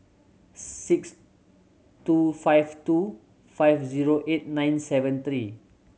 six two five two five zero eight nine seven three